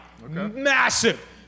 massive